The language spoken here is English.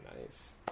nice